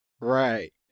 right